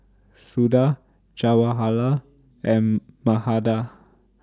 Suda Jawaharlal and Mahade